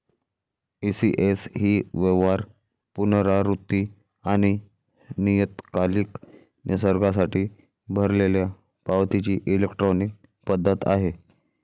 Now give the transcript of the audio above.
ECS ही व्यवहार, पुनरावृत्ती आणि नियतकालिक निसर्गासाठी भरलेल्या पावतीची इलेक्ट्रॉनिक पद्धत आहे